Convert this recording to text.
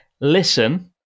Listen